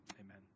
amen